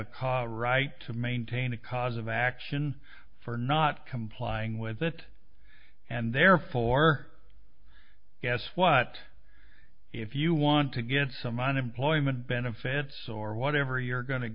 a right to maintain a cause of action for not complying with it and therefore guess what if you want to get some unemployment benefits or whatever you're going to